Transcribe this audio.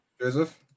Joseph